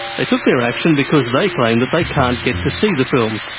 they took their action because they claim that they can't get to see the film,